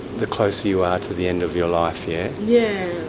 the closer you are to the end of your life, yeah? yeah.